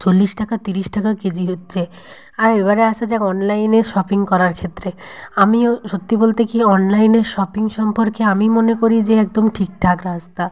চল্লিশ টাকা তিরিশ টাকা কেজি হচ্ছে আর এবারে আসা যাক অনলাইনে শপিং করার ক্ষেত্রে আমিও সত্যি বলতে কি অনলাইনে শপিং সম্পর্কে আমি মনে করি যে একদম ঠিকঠাক রাস্তা